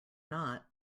not